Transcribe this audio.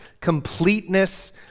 completeness